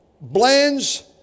blends